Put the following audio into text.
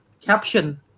caption